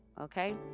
okay